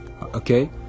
Okay